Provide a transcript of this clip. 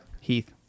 Heath